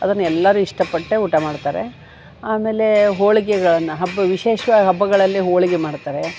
ಅದನ್ನು ಎಲ್ಲರೂ ಇಷ್ಟಪಟ್ಟೇ ಊಟ ಮಾಡ್ತಾರೆ ಆಮೇಲೆ ಹೋಳಿಗೆಗಳನ್ನ ಹಬ್ಬ ವಿಶೇಷ್ವಾಗಿ ಹಬ್ಬಗಳಲ್ಲಿ ಹೋಳಿಗೆ ಮಾಡ್ತಾರೆ